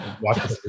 watch